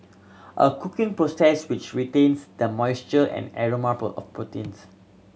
a cooking process which retains the moisture and aroma of proteins